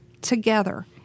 together